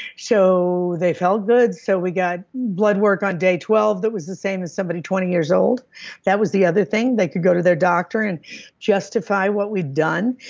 so they felt good, so we got blood work on day twelve that was the same as somebody twenty years old that was the other thing. they could go to their doctor and justify what we'd done.